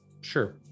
sure